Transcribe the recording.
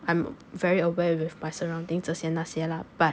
I'm very aware with my surroundings 这些那些 lah but